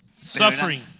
suffering